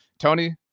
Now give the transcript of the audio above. Tony